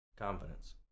Confidence